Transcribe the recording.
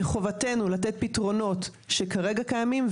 מחובתנו לתת פתרונות שכרגע קיימים,